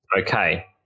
Okay